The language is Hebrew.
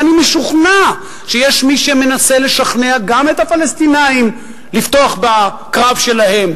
ואני משוכנע שיש מי שמנסה לשכנע גם את הפלסטינים לפתוח בקרב שלהם,